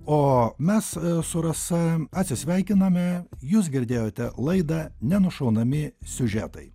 o mes su rasa atsisveikiname jūs girdėjote laidą nenušaunami siužetai